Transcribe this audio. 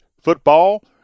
football